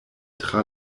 tra